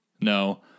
No